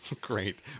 Great